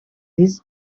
this